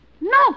No